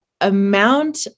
amount